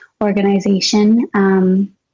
organization